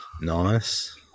Nice